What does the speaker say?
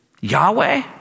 Yahweh